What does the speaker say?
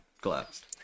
collapsed